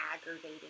aggravating